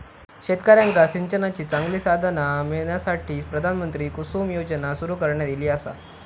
शेतकऱ्यांका सिंचनाची चांगली साधना मिळण्यासाठी, प्रधानमंत्री कुसुम योजना सुरू करण्यात ईली आसा